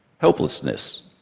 helplessness,